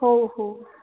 हो हो